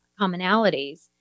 commonalities